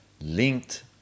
linked